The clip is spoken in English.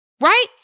right